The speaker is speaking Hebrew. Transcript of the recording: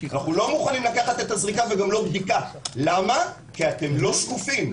לא מוכנים לקחת את הזריקה וגם לא בדיקה כי אתם לא שקופים.